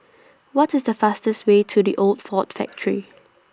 What IS The fastest Way to The Old Ford Factory